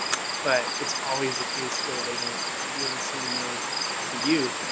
but, it's always the case where they don't feel the same way to you,